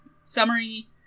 summary